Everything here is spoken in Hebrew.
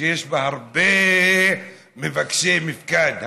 שיש בה הרבה מבקשי מפקד,